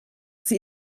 sie